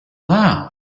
loud